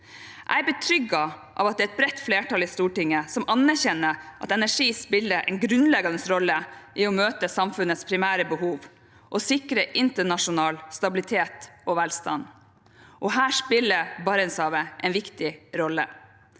Jeg er betrygget av at det er et bredt flertall i Stortinget som anerkjenner at energi spiller en grunnleggende rolle i å møte samfunnets primære behov og sikre internasjonal stabilitet og velstand. Her spiller Barentshavet en viktig rolle.